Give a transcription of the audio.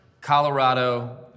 Colorado